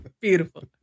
Beautiful